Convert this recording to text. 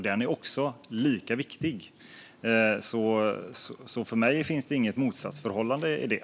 Den är lika viktig. För mig finns det inget motsatsförhållande i det.